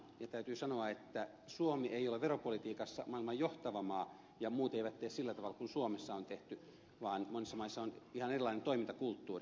täytyy sanoa että suomi ei ole veropolitiikassa maailman johtava maa ja muut eivät tee sillä tavalla kuin suomessa on tehty vaan monissa maissa on ihan erilainen toimintakulttuuri